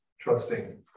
Trusting